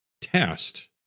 test